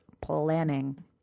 planning